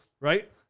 right